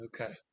okay